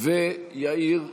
ויאיר גולן.